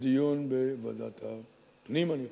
לדיון בוועדת הפנים, אני חושב.